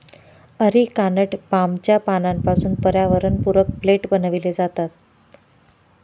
areca nut पामच्या पानांपासून पर्यावरणपूरक प्लेट बनविले जातात